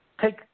take